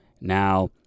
Now